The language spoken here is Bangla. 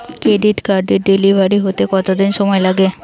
ক্রেডিট কার্ডের ডেলিভারি হতে কতদিন সময় লাগে?